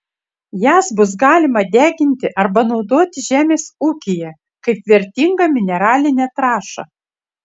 jas bus galima deginti arba naudoti žemės ūkyje kaip vertingą mineralinę trąšą